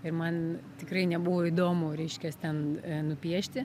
ir man tikrai nebuvo įdomu reiškias ten nupiešti